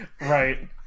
Right